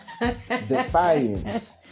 defiance